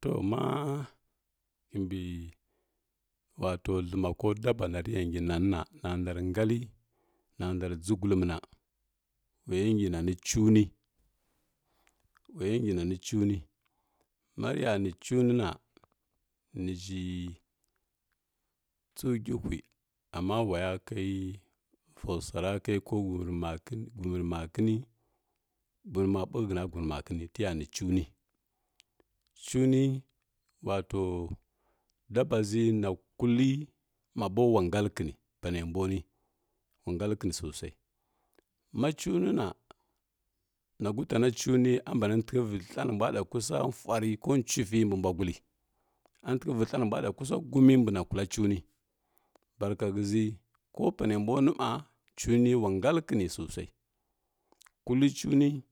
To ma kimbəi wato dləma ko dabo na rə ya ngi nani na ndarə ngadli na ndarə dʒəgulmə na wa yə ngi nani cuni ma rəya ni cuni na nə ʒhi tsəu gihui amma waya kai po swa ra kai ko guməni makəni gunəri wakəni guknəni ma buky hətəna gulnəni nakəni tə yo ni cuni, cuni wato daba ʒai no kully ma bo wa ngallə kəni pa nə mbwa nwi wa ngallə kəni sosai ma cunə na gutana cuni ambani thalghal valghal thla nə mbwa ɗa mbi kusa fuary ko cunfi mbə mbwa gulli a thəghə vi thla nə mbwa da kusa gumi nbəna kulla cuni barka həʒəghə ko pa nə mbwa nwi ma cuni wa ngalli kəni sosai kullə cuni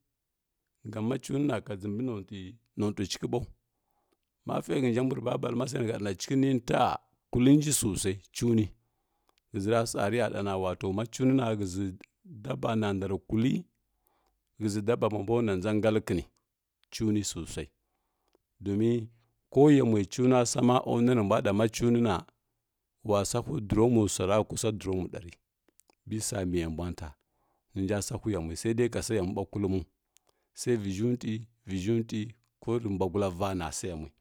ma cunə na ka dʒəmbi notəghə cighə bow ma fə hənja mbwi rə baballəna sai nə ha ɗa na cəghə nja ‘ta kullənji sosai cuni həʒəra sa rə ya ɗa na wato ma cunə na həʒa ɗaba na ndawi kulki həʒə daba ‘ma bo na dʒa ngallə kəni cuni sosai domin ko yamwə cuna sa ma a nwi nə mbwa da ma cunə na wa sa hwi durami swa ra kusa romi ɗari bisa miyə mbwa nta nə nja so yamwi sai ɗai ka sahu yamw ɓa kullumo sao vəʒhəntwi vəʒhəntwi ko rə mbwa gulla va na səghə yamwi.